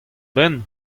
benn